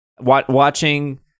watching